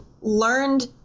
learned